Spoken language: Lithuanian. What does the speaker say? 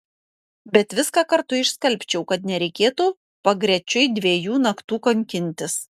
bet viską kartu išskalbčiau kad nereikėtų pagrečiui dviejų naktų kankintis